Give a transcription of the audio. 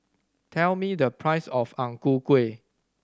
tell me the price of Ang Ku Kueh